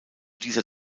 dieser